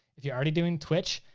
if you're already doing twitch,